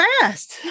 fast